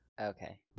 Okay